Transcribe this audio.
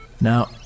Now